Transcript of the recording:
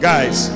Guys